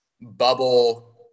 bubble